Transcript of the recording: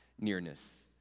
nearness